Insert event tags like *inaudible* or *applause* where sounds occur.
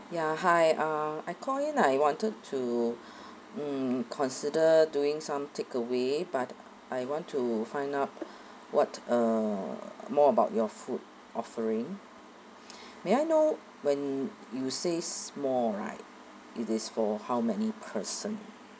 ya hi uh I call in I wanted to mm consider doing some takeaway but I want to find out what uh more about your food offering *noise* may I know when you says small right it is for how many person